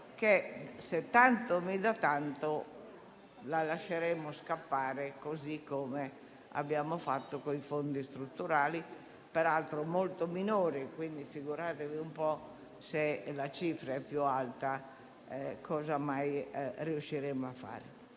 se tanto mi dà tanto, lasceremo scappare, così come abbiamo fatto con i fondi strutturali, che peraltro erano molto minori; figuratevi, se la cifra è più alta, cosa mai riusciremo a fare.